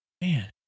Man